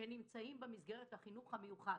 שנמצאים במסגרת החינוך המיוחד,